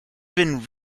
been